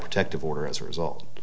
protective order as a result